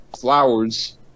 flowers